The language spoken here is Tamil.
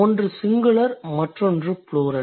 ஒன்று சிங்குலர் மற்றொன்று ப்ளூரல்